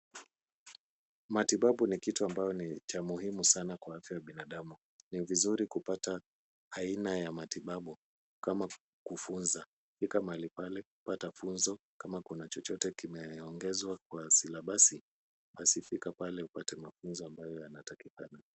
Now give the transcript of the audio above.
Matibabu ni kitu ambayo cha muhimu sana kwa afya ya binadamu. Ni vizuri kupata aina ya matibabu kama kufunza. Fika mahali pale, pata funzo, kama kuna chochote kimeongezwa kwa silabasi, basi fika pale upate mafunzo ambayo yanatakikana.